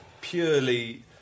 purely